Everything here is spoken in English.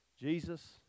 Jesus